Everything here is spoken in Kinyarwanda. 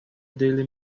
daily